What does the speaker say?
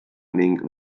ning